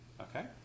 Okay